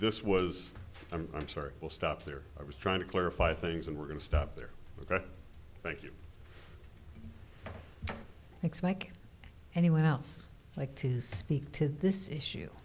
this was i'm sorry will stop there i was trying to clarify things and we're going to stop there ok thank you thanks mike anyone else like to speak to this issue